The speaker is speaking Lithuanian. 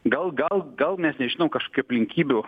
gal gal gal mes nežinom kažkokių aplinkybių